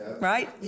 Right